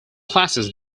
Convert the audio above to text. classes